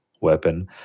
weapon